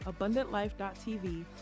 AbundantLife.tv